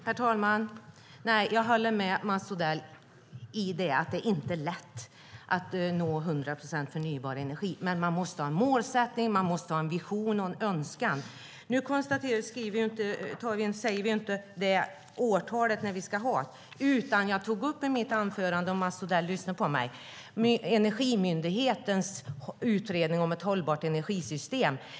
Herr talman! Jag håller med Mats Odell om att det inte är lätt att nå 100 procent förnybar energi. Men man måste ha en målsättning, en vision och en önskan. Vi anger inte något årtal, utan jag tog i mitt anförande upp, om Mats Odell lyssnade på mig, Energimyndighetens utredning om ett hållbart energisystem.